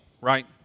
right